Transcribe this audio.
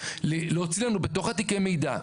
להוציא לנו בתוך תיקי המידע,